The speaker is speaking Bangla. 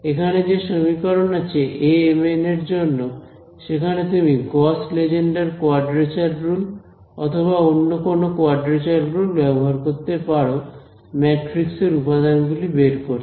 এখানে যে সমীকরণ আছে amn এর জন্য সেখানে তুমি গস লেজেন্ডার কোয়াড্রেচার রুল অথবা অন্য কোন কোয়াড্রেচার রুল ব্যবহার করতে পারো ম্যাট্রিক্স এর উপাদানগুলি বের করতে